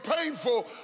painful